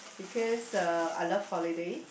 because uh I love holiday